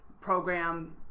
program